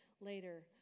later